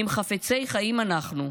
אם חפצי חיים אנחנו,